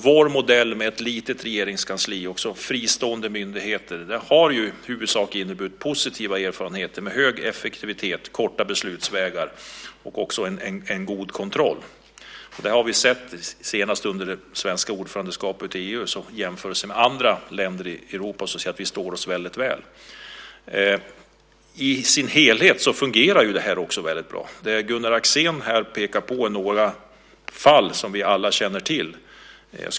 Vår modell med ett litet regeringskansli och fristående myndigheter har i hög utsträckning inneburit positiva erfarenheter med hög effektivitet, korta beslutsvägar och en god kontroll. Senast under det svenska ordförandeskapet i EU har vi sett att vi i jämförelse med andra länder i Europa står oss väl. Det här fungerar också väldigt bra som helhet. Det Gunnar Axén pekar på är några fall som vi alla känner till.